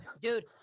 dude